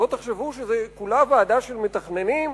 שלא תחשבו שזה כולה ועדה של מתכננים,